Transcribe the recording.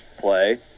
play